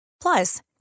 Plus